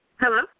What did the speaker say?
Hello